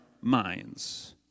minds